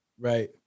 Right